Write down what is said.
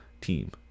team